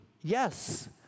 Yes